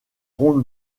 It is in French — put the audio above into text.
ronde